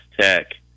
Tech